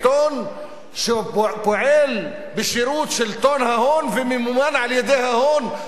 עיתון שפועל בשירות שלטון ההון וממומן על-ידי ההון,